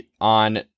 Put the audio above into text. on